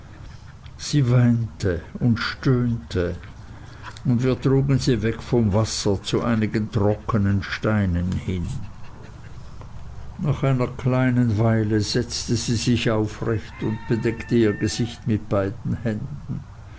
sie weinte und stöhnte und wir trugen sie weg vom wasser zu einigen trockenen steinen hin nach einer kleinen weile setzte sie sich aufrecht und bedeckte ihr gesicht mit beiden händen